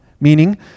Meaning